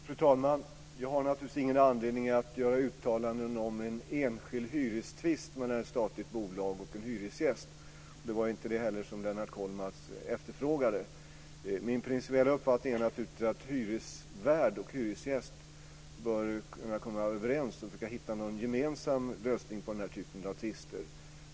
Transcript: Fru talman! Jag har naturligtvis ingen anledning att göra uttalanden om en enskild hyrestvist mellan ett statlig bolag och en hyresgäst, och det efterfrågade inte Lennart Kollmats heller. Min principiella uppfattning är att hyresvärd och hyresgäst bör kunna komma överens och hitta en gemensam lösning på den här typen av tvister.